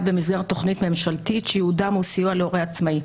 במסגרת תוכנית ממשלתית שייעודם הוא סיוע להורה עצמאי,